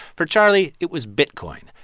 for charlie it was bitcoin.